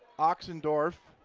ochsendorf.